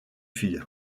fille